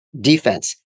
defense